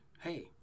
hey